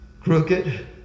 Crooked